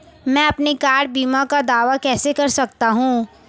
मैं अपनी कार बीमा का दावा कैसे कर सकता हूं?